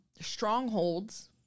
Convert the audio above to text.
strongholds